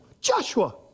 Joshua